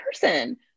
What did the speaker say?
person